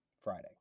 Friday